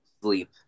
Sleep